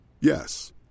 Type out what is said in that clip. Yes